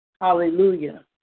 Hallelujah